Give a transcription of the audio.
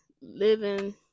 living